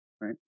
right